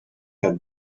had